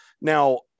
Now